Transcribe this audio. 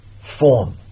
form